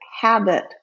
habit